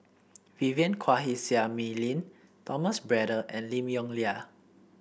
Vivien Quahe Seah Mei Lin Thomas Braddell and Lim Yong Liang